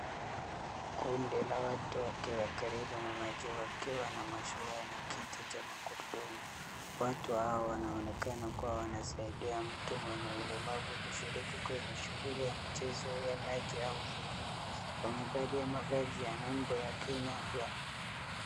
Kundi la watu wakiwa karibu na maji wakiwa na mashua na kiti cha magurudumu, watu hawa wanaonekana kuwa wanasaidia mtu mwenye ulemavu kushiriki kwenye shughuli ya michezo ya maji au uvuvi, wamevalia mavazi ya nembo ya kenya pia.